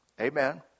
Amen